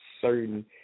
certain